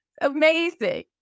Amazing